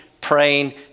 praying